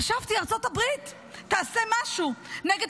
חשבתי שארצות הברית תעשה משהו נגד